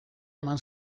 eman